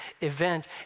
event